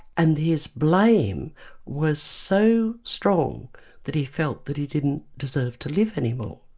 and his blame was so strong that he felt that he didn't deserve to live anymore.